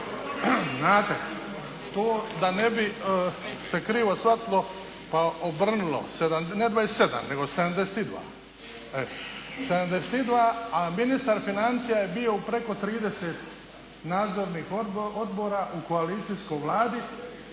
Znate? To da ne bi se krivo shvatilo pa obrnulo, ne 27 nego 72. A ministar financija je bio u preko 30 nadzornih odbora u koalicijskoj Vladi,